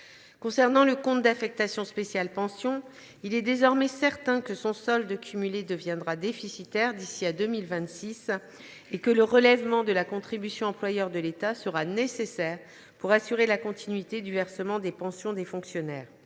Concernant le compte d’affectation spéciale « Pensions », il est désormais certain que son solde cumulé deviendra déficitaire d’ici à 2026 et que le relèvement de la contribution employeur de l’État sera nécessaire pour assurer la continuité du versement des pensions des fonctionnaires.